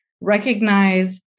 recognize